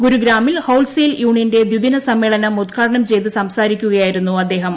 ഗുരുഗ്രാമിൽ ഹോൾസ്റ്റെയിൽ യൂണിയന്റെ ദിദിന സമ്മേളനം ഉദ്ഘാടനം ചെയ്ത് സംസാരിക്കുകയായിരുന്നു അദ്ദേഹം